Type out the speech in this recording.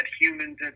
humans